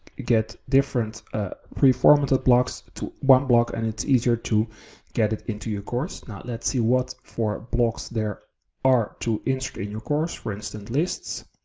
get different pre formative blocks to one block, and it's easier to get it into your course, now, let's see what four blocks there are to insert in your course, for instance, lists.